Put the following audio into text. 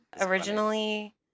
originally